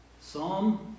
Psalm